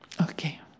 Okay